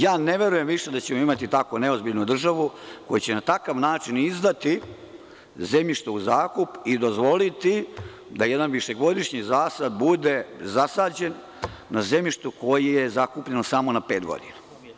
Ja ne verujem više da ćemo imati tako neozbiljnu državu, koja će na takav način izdati zemljište u zakup i dozvoliti da jedan višegodišnji zasad bude zasađen na zemljištu koje je zakupljeno samo na pet godina.